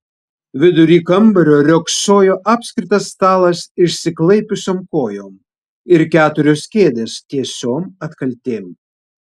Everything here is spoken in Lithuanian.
vidury kambario riogsojo apskritas stalas išsiklaipiusiom kojom ir keturios kėdės tiesiom atkaltėm